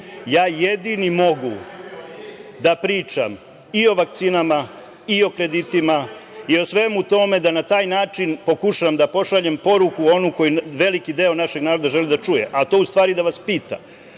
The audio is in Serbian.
Ja jedini mogu da pričam i o vakcinama i o kreditima i o svemu tome i da na taj način pokušam da pošaljem poruku onu koju veliki deo našeg naroda želi da čuje, a to u stvari da vas pita,